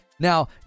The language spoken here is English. Now